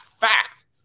fact